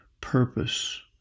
purpose